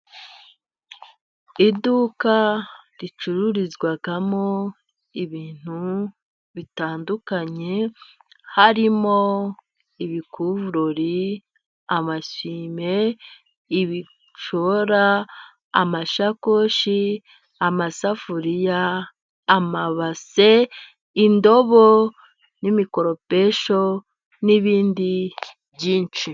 Iduka ricururizwamo ibintu bitandukanye harimo ibikuvureri, amasuwime, ibishora, amashakoshi, amasafuriya, amabase, indobo, n'imikoropesho, n'ibindi byinshi.